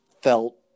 felt